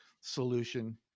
solution